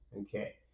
okay